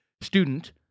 student